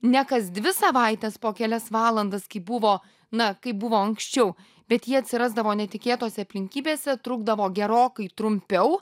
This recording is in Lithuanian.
ne kas dvi savaites po kelias valandas kaip buvo na kaip buvo anksčiau bet jie atsirasdavo netikėtose aplinkybėse trukdavo gerokai trumpiau